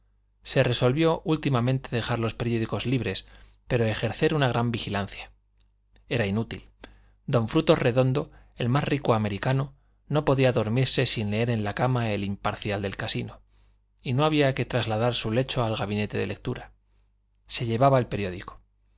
se resolvió últimamente dejar los periódicos libres pero ejercer una gran vigilancia era inútil don frutos redondo el más rico americano no podía dormirse sin leer en la cama el imparcial del casino y no había de trasladar su lecho al gabinete de lectura se llevaba el periódico